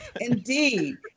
Indeed